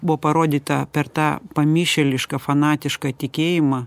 buvo parodyta per tą pamišėlišką fanatišką tikėjimą